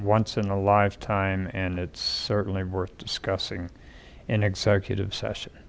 once in a lifetime and it's certainly worth discussing in executive session